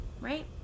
right